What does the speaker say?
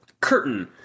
curtain